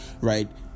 right